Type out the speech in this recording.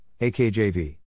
akjv